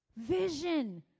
Vision